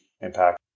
impact